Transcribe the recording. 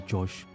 Josh